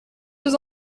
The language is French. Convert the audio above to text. deux